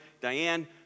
Diane